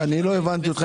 אני לא הבנתי אותך.